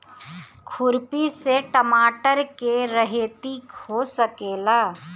खुरपी से टमाटर के रहेती हो सकेला?